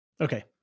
Okay